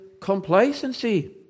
complacency